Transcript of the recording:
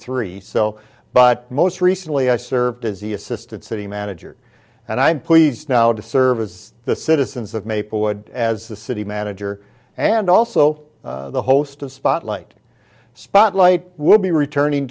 three so but most recently i served as the assistant city manager and i'm pleased now to serve as the citizens of maplewood as the city manager and also the host of spotlight spotlight will be returning